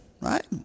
Right